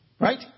Right